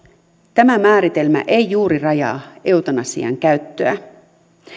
tämä määritelmä ei juuri rajaa eutanasian käyttöä